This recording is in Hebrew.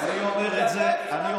זה אתם החלטתם.